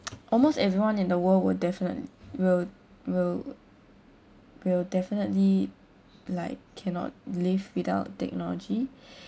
almost everyone in the world will definite~ will will will definitely like cannot live without technology